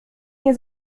nie